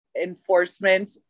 enforcement